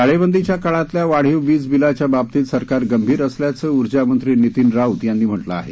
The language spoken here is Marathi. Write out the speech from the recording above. टाळेबंदीच्या काळातल्या वाढीव वीज बिलाच्या बाबतीत सरकार गंभीर असल्याचं ऊर्जामंत्री नितीन राऊत यांनी म्हटलं आहे